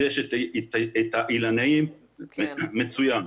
יש את האילנאים, מצוין,